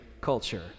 culture